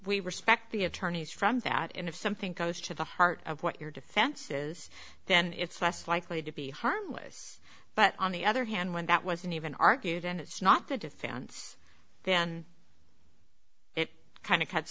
we respect the attorneys from that and if something goes to the heart of what your defenses then it's less likely to be harmless but on the other hand when that wasn't even argued and it's not the defense then it kind of cuts